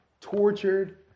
tortured